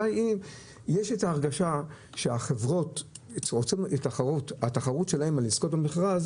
יש הרגשה שהחברות מתחרות לזכות במכרז